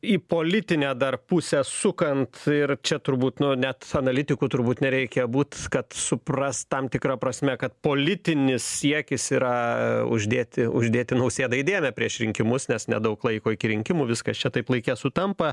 į politinę dar pusę sukant ir čia turbūt nu net analitiku turbūt nereikia būt kad suprast tam tikra prasme kad politinis siekis yra uždėti uždėti nausėdai dėmę prieš rinkimus nes nedaug laiko iki rinkimų viskas čia taip laike sutampa